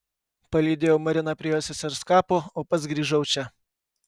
palydėjau mariną prie jos sesers kapo o pats grįžau čia